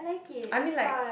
I mean like